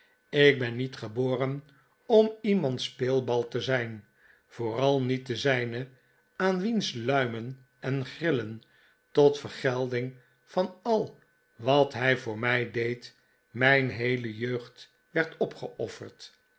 ik ben niet geboren om iemands speelbal te zijn vooral niet de zijne aan wiens luimen en grillen tot vergelding van wat hij voor mij deed mijn heele jeugd werd opgeofferd